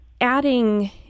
adding